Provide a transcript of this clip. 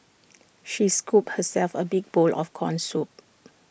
she scooped herself A big bowl of Corn Soup